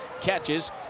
catches